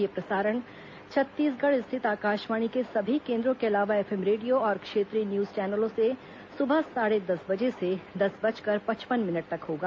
यह प्रसारण छत्तीसगढ़ स्थित आकाशवाणी के सभी केन्द्रों के अलावा एफएम रेडियो और क्षेत्रीय न्यूज चैनलों से सुबह साढ़े दस बजे से दस बजकर पचपन मिनट तक होगा